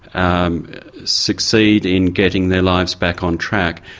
um succeed in getting their lives back on track,